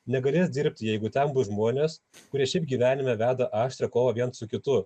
negalės dirbti jeigu ten bus žmonės kurie šiaip gyvenime veda aštrią kovą viens su kitu